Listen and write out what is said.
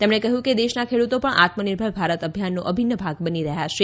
તેમણે કહ્યું કે દેશના ખેડુતો પણ આત્મનિર્ભર ભારત અભિયાનનો અભિન્ન ભાગ બની રહ્યા છે